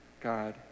God